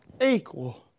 equal